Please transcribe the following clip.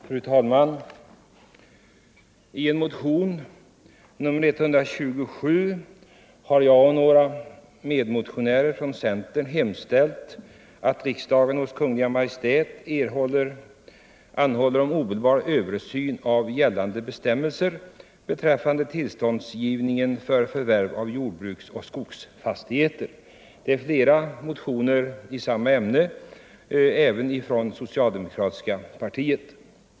Fru talman! I en motion, nr 127, har jag och några medmotionärer från centern hemställt att riksdagen hos Kungl. Maj:t anhåller om omedelbar översyn av gällande bestämmelser beträffande tillståndsgivningen för förvärv av jordbruksoch skogsfastigheter. Flera motioner har väckts i samma ämne, även från det socialdemokratiska partiet.